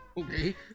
Okay